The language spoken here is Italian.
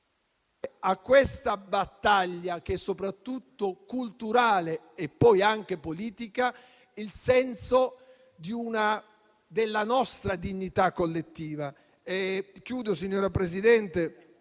questa battaglia che è soprattutto culturale e poi anche politica, il senso della nostra dignità collettiva. Signor Presidente,